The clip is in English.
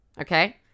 okay